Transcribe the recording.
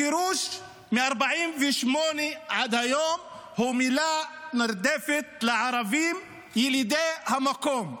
הגירוש מ-48' עד היום הוא מילה נרדפת לערבים ילידי המקום.